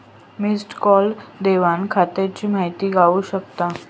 missed call देवन खात्याची माहिती गावू शकता